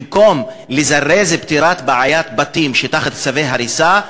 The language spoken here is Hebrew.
במקום לזרז פתירת בעיית בתים שתחת צווי הריסה,